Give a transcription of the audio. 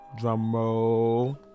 Drumroll